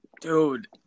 Dude